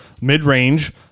mid-range